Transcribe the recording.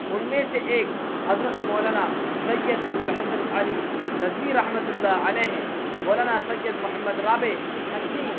ان میں سے ایک حضرت مولانا سید ابو الحسن علی ندوی رحمۃُ اللّہ علیہ ہیں مولانا سید محمد رابع حسنی